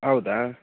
ಹೌದಾ